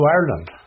Ireland